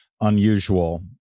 unusual